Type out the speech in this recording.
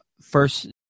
First